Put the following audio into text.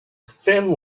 thin